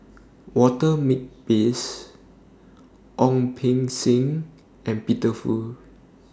Walter Makepeace Ong Beng Seng and Peter Fu